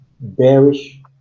bearish